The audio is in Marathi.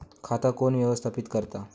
खाता कोण व्यवस्थापित करता?